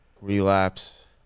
relapse